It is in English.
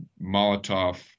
Molotov